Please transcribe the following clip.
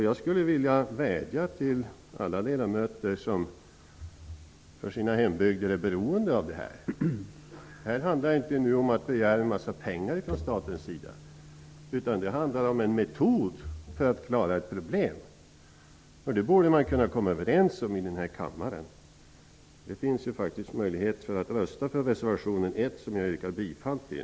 Jag skulle vilja vädja till alla ledamöter som för sina hembygder är beroende av att staten gör insatser. Det handlar nu inte om att begära en massa pengar från staten, utan det handlar om en metod för att klara ett problem, och det borde man kunna komma överens om i den här kammaren. Det finns faktiskt möjlighet att rösta för reservation 1, som jag yrkar bifall till.